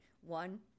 one